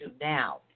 now